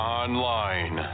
online